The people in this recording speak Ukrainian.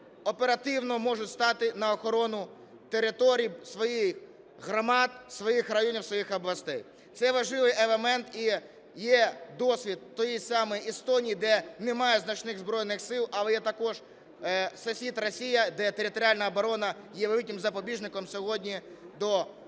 оперативно можуть стати на охорону територій своїх громад, своїх районів, своїх областей. Це важливий елемент і є досвіт тієї самої Естонії, де немає значних збройних сил, але є також сусід Росія, де територіальна оборона є великим запобіжником сьогодні до тих чи